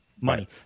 money